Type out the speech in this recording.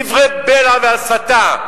דברי בלע והסתה.